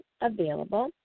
available